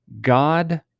God